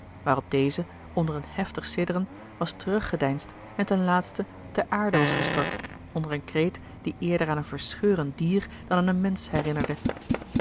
waarop deze onder een heftig sidderen was teruggedeinsd en ten laatsten ter aarde was gestort onder een kreet die eerder aan een verscheurend dier dan aan een mensch herinnerde